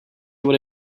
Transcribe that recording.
what